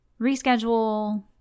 reschedule